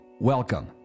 Welcome